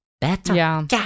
better